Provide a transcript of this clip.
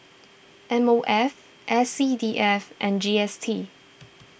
M O F S C D F and G S T